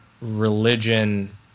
religion